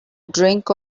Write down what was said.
drink